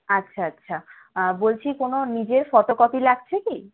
আচ্ছা আচ্ছা বলছি কোনো নিজের ফটোকপি লাগছে কি